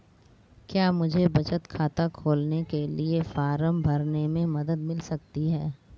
क्या मुझे बचत खाता खोलने के लिए फॉर्म भरने में मदद मिल सकती है?